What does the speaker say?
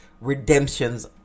redemptions